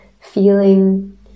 feeling